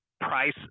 price